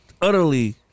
utterly